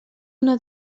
una